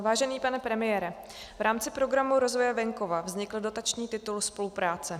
Vážený pane premiére, v rámci Programu rozvoje venkova vznikl dotační titul spolupráce.